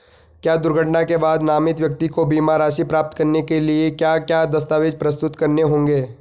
क्या दुर्घटना के बाद नामित व्यक्ति को बीमा राशि प्राप्त करने के लिए क्या क्या दस्तावेज़ प्रस्तुत करने होंगे?